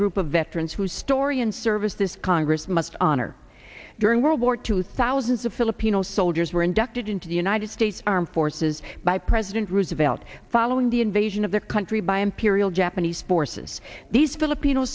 group of veterans whose story and service this congress must honor during world war two thousands of filipino soldiers were inducted into the united states armed forces by president roosevelt following the invasion of their country by imperial japanese forces these filipino